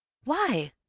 why?